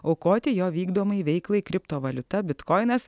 aukoti jo vykdomai veiklai kriptovaliuta bitkoinas